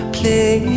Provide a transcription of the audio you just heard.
play